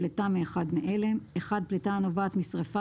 "פליטה" מאחד מאלה: פליטה הנובעת משריפה